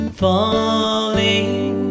falling